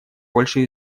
больше